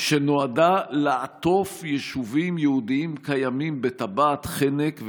שנועדה לעטוף יישובים יהודיים קיימים בטבעת חנק,